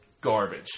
garbage